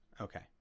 Okay